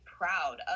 proud